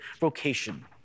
vocation